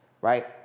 right